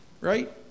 right